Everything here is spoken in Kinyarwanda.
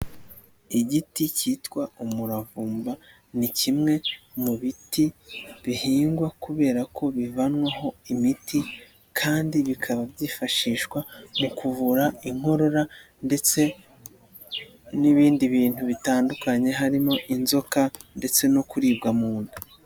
Igiti cyitwa umuravumba, ni kimwe mu biti bihingwa kubera ko bivanwaho imiti kandi bikaba byifashishwa, mu kuvura inkorora ndetse n'ibindi bintu bitandukanye, harimo inzoka ndetse no kuribwa mu nda.